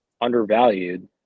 undervalued